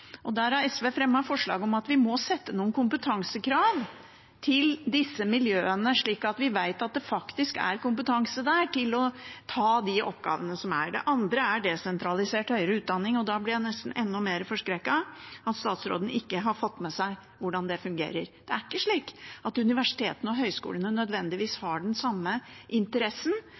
har fremmet forslag om at vi må sette noen kompetansekrav til disse miljøene, slik at vi vet at det faktisk er kompetanse der til å ta de oppgavene som er. Det andre gjelder desentralisert høyere utdanning. Da blir jeg nesten enda mer forskrekket over at statsråden ikke har fått med seg hvordan det fungerer. Det er ikke slik at universitetene og høyskolene nødvendigvis har den samme interessen